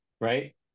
right